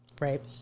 Right